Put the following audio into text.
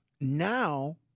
Now